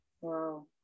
Wow